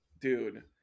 Dude